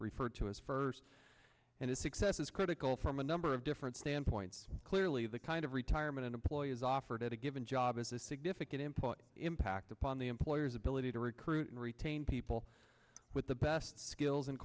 referred to as first and its success is critical from a number of different standpoints clearly the kind of retirement an employee is offered at a given job is a significant employee impact upon the employer's ability to recruit and retain people with the best skills and